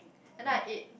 and then I ate